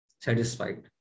satisfied